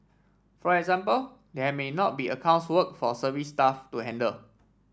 for example there may not be accounts work for service staff to handle